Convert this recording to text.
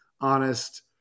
honest –